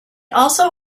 also